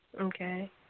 Okay